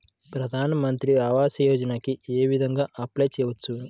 ప్రధాన మంత్రి ఆవాసయోజనకి ఏ విధంగా అప్లే చెయ్యవచ్చు?